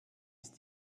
ist